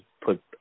put